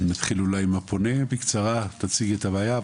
אז נתחיל עם הפונה, תציג את הבעיה בקצרה.